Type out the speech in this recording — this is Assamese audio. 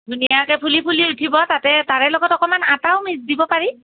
ধুনীয়াকে ফুলি ফুলি উঠিব তাতে তাৰে লগত অকণমান আটাও মিক্স দিব পাৰি